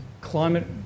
climate